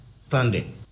standing